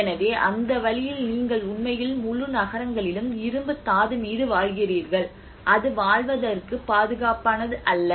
எனவே அந்த வழியில் நீங்கள் உண்மையில் முழு நகரங்களிலும் இரும்புத் தாது மீது வாழ்கிறீர்கள் அது வாழ்வதற்கு பாதுகாப்பானது அல்ல